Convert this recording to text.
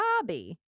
Bobby